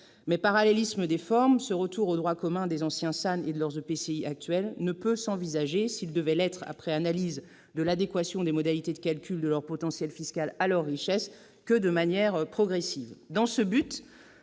Mais, parallélisme des formes, ce retour au droit commun des anciens SAN et de leurs EPCI actuels ne peut s'envisager, s'il devait l'être après analyse de l'adéquation des modalités de calcul de leur potentiel fiscal à leur richesse, que de manière progressive.